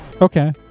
Okay